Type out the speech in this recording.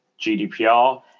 GDPR